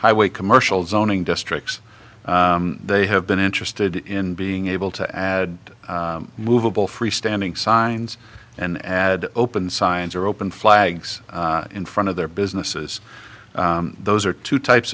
highway commercial zoning districts they have been interested in being able to add movable freestanding signs and add open signs or open flags in front of their businesses those are two types